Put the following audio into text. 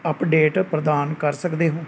update ਪ੍ਰਦਾਨ ਕਰ ਸਕਦੇ ਹੋ